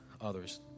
others